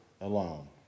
alone